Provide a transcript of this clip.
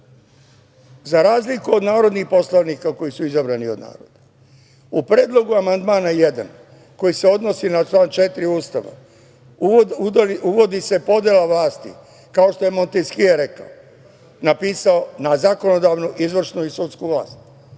Za razliku od narodnih poslanika koji su izabrani od naroda, u predlogu amandmana 1. koji se odnosi na član 4. Ustava uvodi se podela vlasti, kao što je Monteskje napisao – na zakonodavnu, izvršnu i sudsku vlast.